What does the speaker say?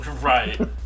Right